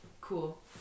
Cool